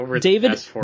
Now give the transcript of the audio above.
David